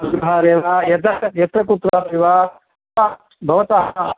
अग्रहारे वा यत्र यत्र कुत्रापि वा अथवा भवतः